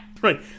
Right